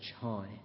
high